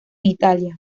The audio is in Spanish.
italia